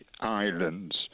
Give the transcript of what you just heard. islands